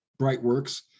Brightworks